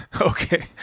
okay